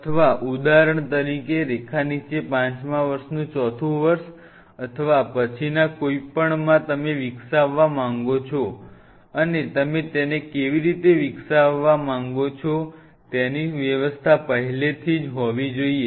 અથવા ઉદાહરણ તરીકે રેખા નીચે પાંચમા વર્ષનું ચોથું વર્ષ અથવા પછીના કોઈપણમાં તમે વિકાસાવ વા માંગો છો અને તમે તેને કેવી રીતે વિકસાવવા માંગો છો તેની વ્યવસ્થા પહેલાથી જ હોવી જોઈએ